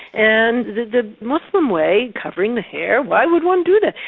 and the the muslim way, covering the hair, why would one do that?